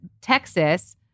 Texas